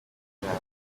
navuga